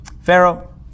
Pharaoh